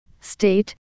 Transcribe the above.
state